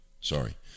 Sorry